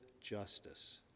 justice